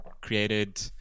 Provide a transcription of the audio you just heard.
created